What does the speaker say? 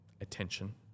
attention